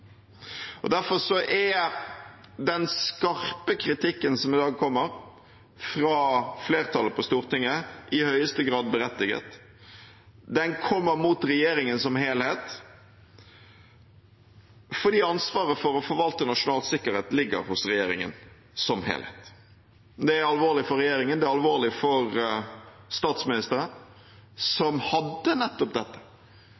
Derfor er den skarpe kritikken som i dag kommer fra flertallet på Stortinget, i høyeste grad berettiget. Den kommer mot regjeringen som helhet fordi ansvaret for å forvalte nasjonal sikkerhet ligger hos regjeringen som helhet. Det er alvorlig for regjeringen, det er alvorlig for statsministeren,